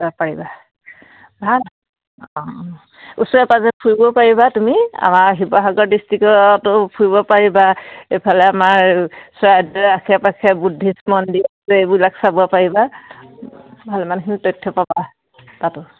পাৰিবা ভাল অঁ ওচৰে পাঁজৰে ফুৰিব পাৰিবা তুমি আমাৰ শিৱসাগৰ ডিষ্ট্ৰিকতো ফুৰিব পাৰিবা এইফালে আমাৰ চৰাইদেউৰ আশে পাশে বুদ্ধিষ্ট মন্দিৰ আছে এইবিলাক চাব পাৰিবা ভাল মান তথ্য পাবা তাতো